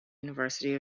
university